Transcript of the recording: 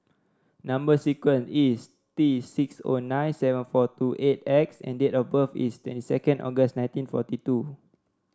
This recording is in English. number sequence is T six O nine seven four two eight X and date of birth is twenty second August nineteen forty two